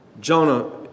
Jonah